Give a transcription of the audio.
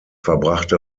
verbrachte